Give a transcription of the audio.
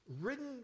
written